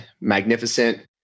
magnificent